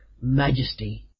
Majesty